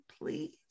Please